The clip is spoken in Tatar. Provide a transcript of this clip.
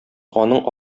аның